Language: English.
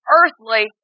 earthly